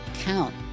count